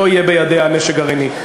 יהיה בידיה נשק גרעיני.